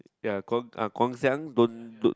ya Guang~ Guang-Xiang don't look